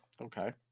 okay